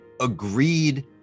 agreed